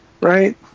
right